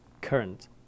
Current